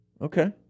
Okay